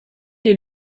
est